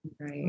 Right